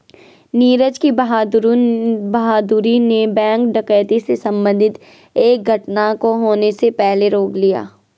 नीरज की बहादूरी ने बैंक डकैती से संबंधित एक घटना को होने से रोक लिया